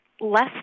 less